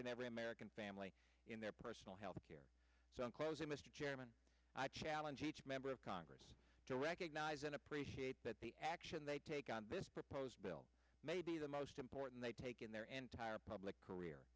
and every american family in their personal health care so in closing mr chairman i challenge each member of congress to recognize and appreciate that the action they take on this proposed bill may be the most important they take in there and to hire public career